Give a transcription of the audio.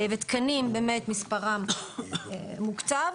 ותקנים, באמת מספרם מוקצב.